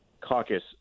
caucus